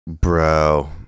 Bro